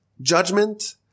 judgment